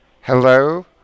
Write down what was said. Hello